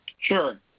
Sure